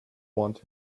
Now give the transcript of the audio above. want